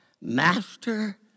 master